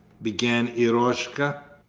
began eroshka.